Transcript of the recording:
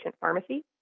pharmacy